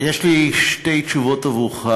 יש לי שתי תשובות עבורך.